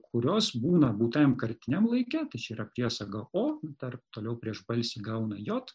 kurios būna būtajam kartiniam laike tai čia yra priesaga o dar toliau prieš balsį gauna jot